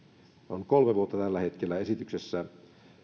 on kolme vuotta tällä hetkellä esityksessä